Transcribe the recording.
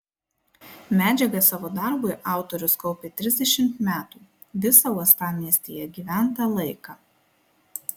medžiagą savo darbui autorius kaupė trisdešimt metų visą uostamiestyje gyventą laiką